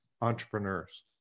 entrepreneurs